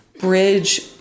bridge